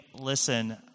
listen